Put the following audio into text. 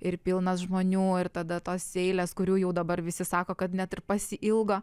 ir pilnas žmonių ir tada tos eilės kurių jau dabar visi sako kad net ir pasiilgo